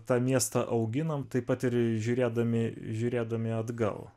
tą miestą auginam tai pat ir žiūrėdami žiūrėdami atgal